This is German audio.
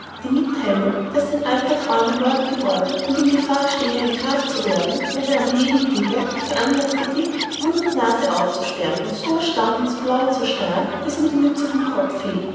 die mitteilung daß sein alter freund ein lord geworden und in gefahr stehe ein graf zu werden wenn er am leben bleibe veranlaßte dick mund und nase aufzusperren und so erstaunt ins blaue zu starren daß ihm die mütze vom kopfe fiel